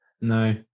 No